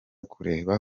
kureba